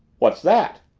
what's that?